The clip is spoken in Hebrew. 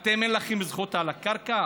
אתם, אין לכם זכות על הקרקע?